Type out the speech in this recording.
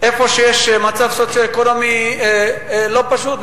שיש בהן מצב סוציו-אקונומי לא פשוט.